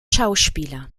schauspieler